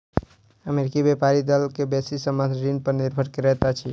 अमेरिकी व्यापारी दल के बेसी संबंद्ध ऋण पर निर्भर करैत अछि